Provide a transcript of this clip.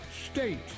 state